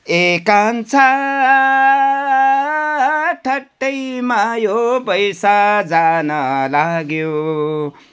ए कान्छा ठट्टैमा यो बैँस जान लाग्यो